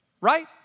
right